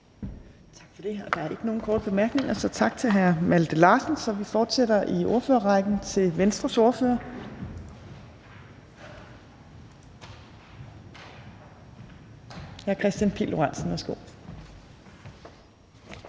Tak for det. Der er ikke nogen korte bemærkninger, så tak til hr. Malte Larsen. Vi fortsætter i ordførerrækken til Venstres ordfører. Hr. Kristian Pihl Lorentzen, værsgo.